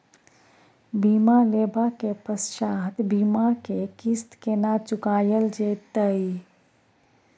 बीमा लेबा के पश्चात बीमा के किस्त केना चुकायल जेतै?